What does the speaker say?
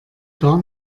gar